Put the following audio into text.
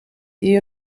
the